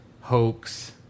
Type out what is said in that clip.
hoax